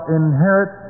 inherit